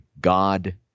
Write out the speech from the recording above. God